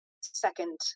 second